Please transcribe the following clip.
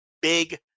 big